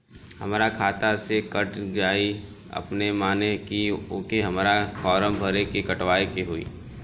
हमरा खाता से कट जायी अपने माने की आके हमरा फारम भर के कटवाए के होई?